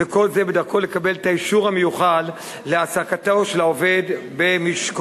וכל זה בדרכו לקבל את האישור המיוחל להעסקת העובד במשקו.